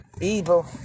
evil